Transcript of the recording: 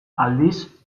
aldiz